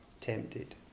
tempted